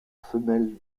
femelle